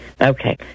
Okay